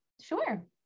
sure